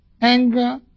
anger